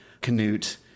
Canute